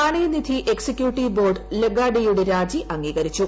നാണയനിധി executive board ലഗാർഡേയുടെ രാജി അംഗീകരിച്ചു